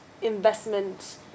investment